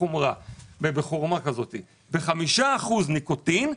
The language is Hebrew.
ב-5 אחוזים ניקוטין,